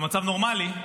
במצב נורמלי,